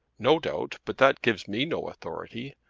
no doubt. but that gives me no authority.